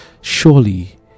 Surely